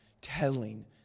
telling